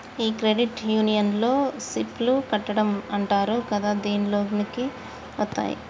ఈ క్రెడిట్ యూనియన్లో సిప్ లు కట్టడం అంటారు కదా దీనిలోకి వత్తాయి